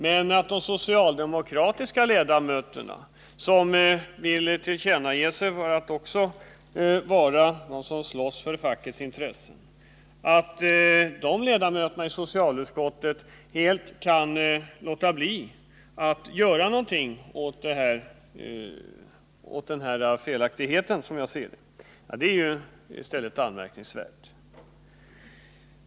Men att de socialdemokratiska ledamöterna — som vill utge sig för att slåss för fackets intresse — helt kan låta bli att göra någonting åt denna felaktighet, som jag ser det, är ju i stället anmärkningsvärt.